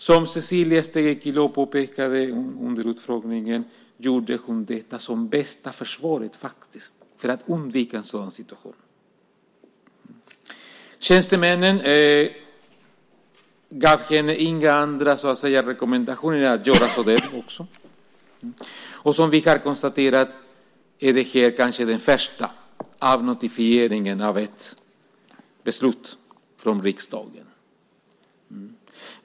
Som Cecilia Stegö Chilò påpekade under utfrågningen gjorde hon detta som bästa försvar för att undvika en sådan situation. Tjänstemännen gav henne inga andra rekommendationer än att göra så. Som vi har konstaterat är det kanske den första avnotifieringen av ett beslut från riksdagen.